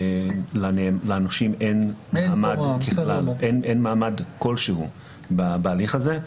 לנושים אין מעמד כלשהו בהליך הזה.